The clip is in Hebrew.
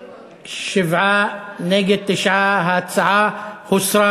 7, נגד, 9. ההצעה הוסרה.